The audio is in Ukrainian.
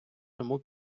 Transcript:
тому